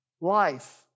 life